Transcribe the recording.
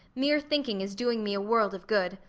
mere thinking is doing me a world of good.